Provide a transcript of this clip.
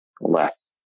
less